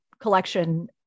collection